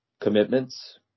commitments